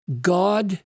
God